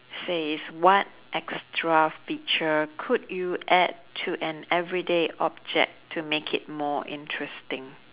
says what extra feature could you add to an everyday object to make it more interesting